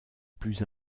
plus